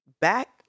back